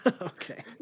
Okay